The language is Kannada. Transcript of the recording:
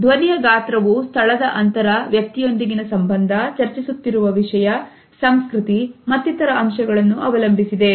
ಧ್ವನಿಯ ಗಾತ್ರವು ಸ್ಥಳದ ಅಂತರ ವ್ಯಕ್ತಿಯೊಂದಿಗಿನ ಸಂಬಂಧ ಚರ್ಚಿಸುತ್ತಿರುವ ವಿಷಯ ಸಂಸ್ಕೃತಿ ಮತ್ತಿತರ ಅಂಶಗಳನ್ನು ಅವಲಂಬಿಸಿದೆ